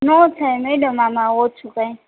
નો થાય મેડમ આમાં ઓછું કાય